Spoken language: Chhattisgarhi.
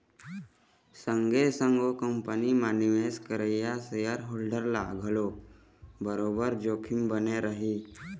संगे संग ओ कंपनी म निवेश करइया सेयर होल्डर ल घलोक बरोबर जोखिम बने रही